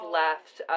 left